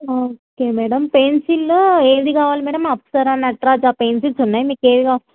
okay madam పెన్సిల్లో ఏది కావాలి మేడం అప్సరా నట్రాజ్ఆ పెన్సిల్స్ ఉన్నాయి మీకు ఏది